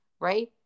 right